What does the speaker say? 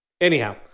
Anyhow